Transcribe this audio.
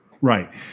Right